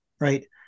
right